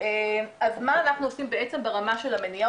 אז מה אנחנו עושים בעצם ברמה של המניעה,